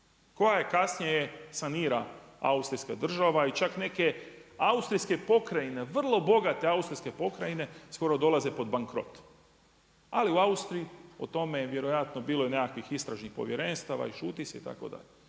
koju kasnije sanira austrijska država i čak neke austrijske pokrajine, vrlo bogate austrijske pokrajine skoro dolaze pod bankrot. Ali u Austriji o tome je vjerojatno bilo i nekakvih istražnih povjerenstava i šuti se itd.